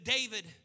David